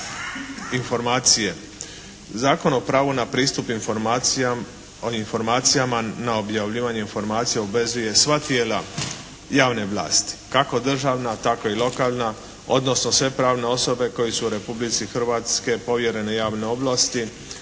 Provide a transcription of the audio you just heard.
informacije. Zakon o pravu na pristup o informacijama, na objavljivanje informacija obvezuje sva tijela javne vlasti kako državna tako i lokalna, odnosno sve pravne osobe koji su u Republici Hrvatskoj povjerene javne ovlasti